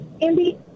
Andy